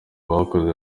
bakoze